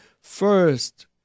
first